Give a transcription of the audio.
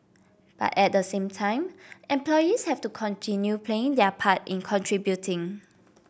but at the same time employees have to continue playing their part in contributing